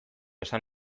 esan